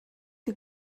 die